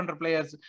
players